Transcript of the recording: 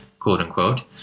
quote-unquote